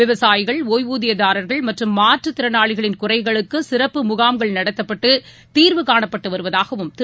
விவசாயிகள் ஒய்வூதியதாரர்கள் மற்றும் மாற்றுத் திறனாளிகளின் குறைகளுக்குசிறப்பு முகாம்கள் நடத்தப்பட்டுதீர்வு காணப்பட்டுவருவதாகவும் திரு